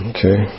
Okay